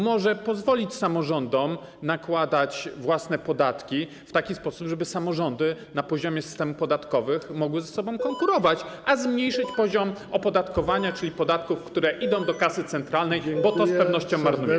Może pozwolić samorządom, aby nakładały własne podatki w taki sposób, żeby samorządy na poziomie systemów podatkowych mogły ze sobą konkurować, a jednocześnie zmniejszyć poziom opodatkowania, czyli podatków, które idą do kasy centralnej, bo to z pewnością zmarnujecie.